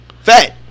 Fat